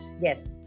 yes